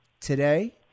Today